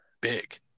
big